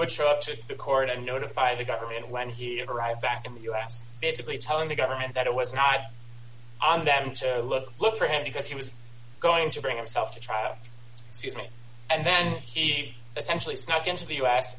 would show up to the court and notify the government when he arrived back in the us basically telling the government that it was not on them to look look for him because he was going to bring himself to trial so use me and then he essentially snuck into the u